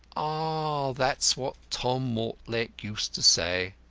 ah, that's what tom mortlake used to say.